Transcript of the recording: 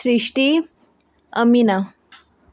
Srishti Amina